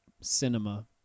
cinema